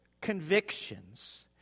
convictions